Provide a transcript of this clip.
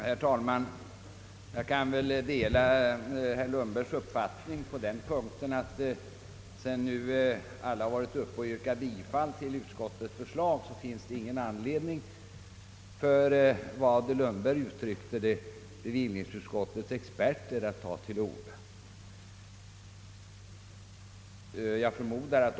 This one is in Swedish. Herr talman! Jag kan dela herr Lundbergs uppfattning att det, sedan de båda föregående talarna yrkat bifall till utskottets förslag, inte finns någon anledning för bevillningsutskottets »socialdemokratiska skatteexpertis« — såsom herr Lundberg uttryckte saken — ta till orda.